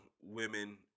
women